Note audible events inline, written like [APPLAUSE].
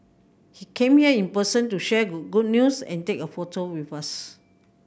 he came here in person to share [UNINTELLIGIBLE] good news and take a photo with us